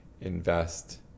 invest